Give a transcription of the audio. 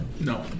No